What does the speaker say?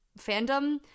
fandom